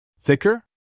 Thicker